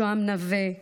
שוהם נווה,